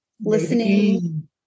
listening